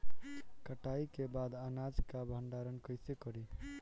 कटाई के बाद अनाज का भंडारण कईसे करीं?